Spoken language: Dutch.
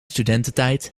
studententijd